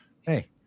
Hey